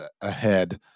ahead